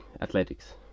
athletics